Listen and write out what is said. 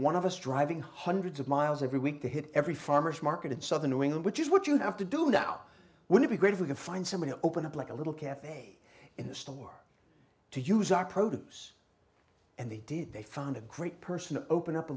one of us driving hundreds of miles every week to hit every farmer's market in southern new england which is what you have to do now would be great if you can find somebody to open up like a little cafe in the store to use a produce and they did they found a great person to open up a